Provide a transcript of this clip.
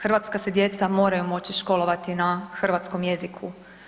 Hrvatska se djeca moraju moći školovati na hrvatskom jeziku.